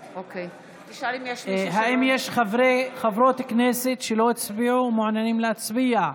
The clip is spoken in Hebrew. האם יש חברי כנסת שלא הצביעו ומעוניינים להצביע?